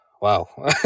Wow